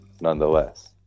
nonetheless